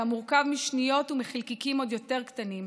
מורכב משניות ומחלקיקים עוד יותר קטנים,